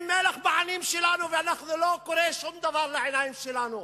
מלח בעיניים שלנו ולא קורה שום דבר לעיניים שלנו